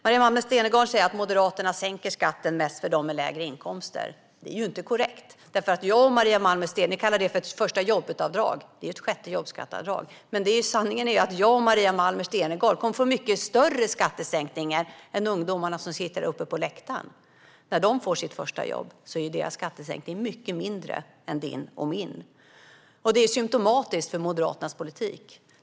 Maria Malmer Stenergard säger att Moderaterna sänker skatten mest för dem med lägre inkomster. Det är inte korrekt. Ni kallar det för ett första-jobbet-avdrag, men det är ett sjätte jobbskatteavdrag. Sanningen är att jag och Maria Malmer Stenergard kommer att få en mycket större skattesänkning än ungdomarna som sitter här uppe på läktaren. När de får sitt första jobb är deras skattesänkning mycket mindre än din och min. Det är symtomatiskt för Moderaternas politik.